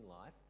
life